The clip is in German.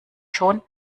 schon